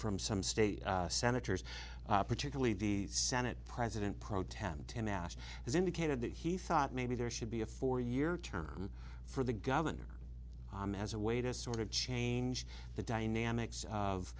from some state senators particularly the senate president pro tem to mash has indicated that he thought maybe there should be a four year term for the governor as a way to sort of change the dynamics of